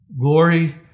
Glory